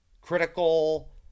Critical